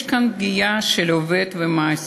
יש כאן פגיעה בהפרדה בין עובד ומעסיק.